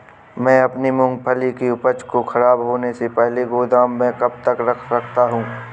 मैं अपनी मूँगफली की उपज को ख़राब होने से पहले गोदाम में कब तक रख सकता हूँ?